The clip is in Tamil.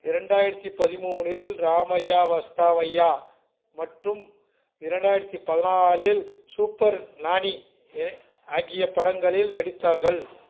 இரண்டாயிரத்தி பதிமூணில் ராமையா வாஸ்தாவையா மற்றும் இரண்டாயிரத்தி பதினான்கில் சூப்பர் நானி ஆகிய படங்களில் நடித்தார்கள்